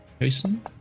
Jason